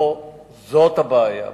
וזאת הבעיה.